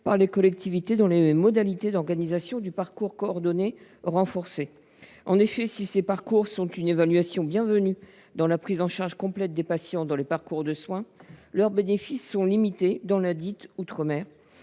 par les collectivités dans les modalités d’organisation du parcours coordonné renforcé. En effet, si ces parcours sont une évolution bienvenue dans la prise en charge complète des patients dans les parcours de soins, leurs bénéfices sont limités outre mer